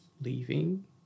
leaving